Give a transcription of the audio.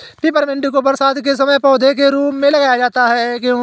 Peppermint को बरसात के समय पौधे के रूप में लगाया जाता है ऐसा क्यो?